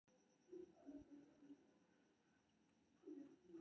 पौष्टिक तत्व हेबाक कारण शहदक उपयोग औषधिक रूप मे सेहो कैल जाइ छै